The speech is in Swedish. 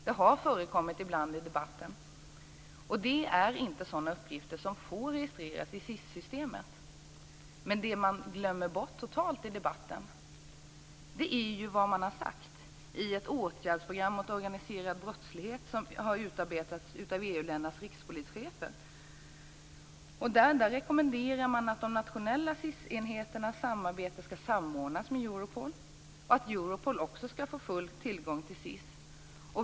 Frågan har förekommit i debatten ibland. Det är inte sådana uppgifter som får registreras i SIS. Men det vi glömmer bort totalt i debatten är vad som har sagts i ett åtgärdsprogram mot organiserad brottslighet som har utarbetats av EU-ländernas rikspolischefer. Där rekommenderas att de nationella SIS-enheternas samarbete skall samordnas med Europol och att Europol också skall få full tillgång till SIS.